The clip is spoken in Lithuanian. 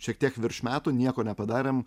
šiek tiek virš metų nieko nepadarėm